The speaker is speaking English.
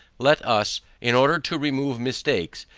let us, in order to remove mistakes,